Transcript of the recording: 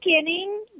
beginning